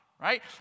right